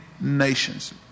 nations